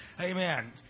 Amen